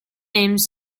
names